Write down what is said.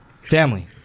Family